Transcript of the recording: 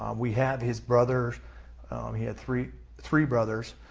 um we have his brother he had three three brothers,